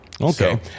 Okay